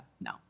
No